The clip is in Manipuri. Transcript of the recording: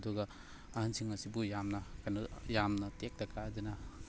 ꯑꯗꯨꯒ ꯑꯍꯜꯁꯤꯡ ꯑꯁꯤꯕꯨ ꯌꯥꯝꯅ ꯀꯩꯅꯣ ꯌꯥꯝꯅ ꯇꯦꯛꯇ ꯀꯥꯏꯗꯅ